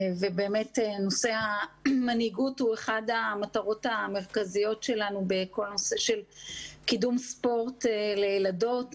נושא המנהיגות הוא באמת אחת המטרות המרכזיות שלנו בקידום ספורט לילדות,